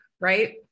right